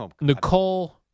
Nicole